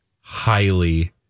highly